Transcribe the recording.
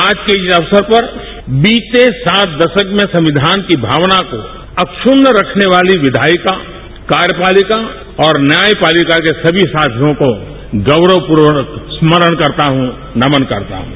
आज के इस अवसर पर बीते सात दशक में संविधान की भावना को अक्षण्य रखने वाली विधायिका कार्यपालिका और न्यायपालिका के सभी साथियों को गौरवपूर्वक स्मरण करता हूं नमन करता हूं